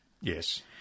Yes